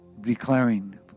declaring